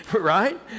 right